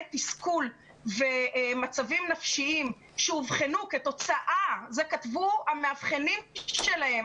תסכול ולמצבים נפשיים שאובחנו כתוצאה - את זה כתבו המאבחנים שלהם,